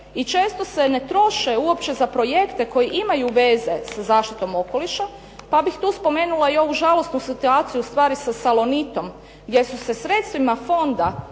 i često se ne troše uopće za projekte koji imaju veze sa zaštitom okoliša. Pa bih tu spomenula i ovu žalosnu situaciju stvari sa Salonitom, gdje su se sredstvima fonda